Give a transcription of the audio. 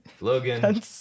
Logan